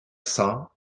cents